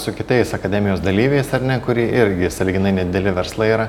su kitais akademijos dalyviais ar ne kuri irgi sąlyginai nedideli verslai yra